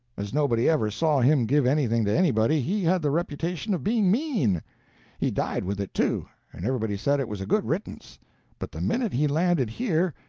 as nobody ever saw him give anything to anybody, he had the reputation of being mean he died with it, too, and everybody said it was a good riddance but the minute he landed here,